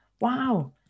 Wow